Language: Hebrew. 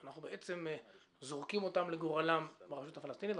אנחנו זורקים אותם לגורלם ברשות הפלסטינית,